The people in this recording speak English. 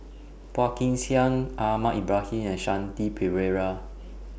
Phua Kin Siang Ahmad Ibrahim and Shanti Pereira